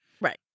right